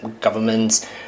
governments